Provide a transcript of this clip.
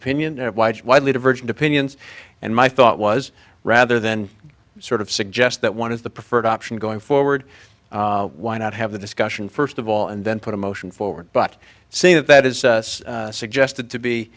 opinion widely divergent opinions and my thought was rather than sort of suggest that one is the preferred option going forward why not have the discussion first of all and then put a motion forward but saying that that is suggested to